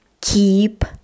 keep